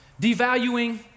devaluing